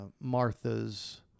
Martha's